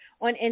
on